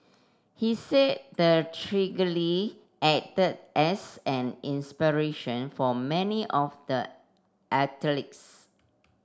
he said the acted as an inspiration for many of the athletes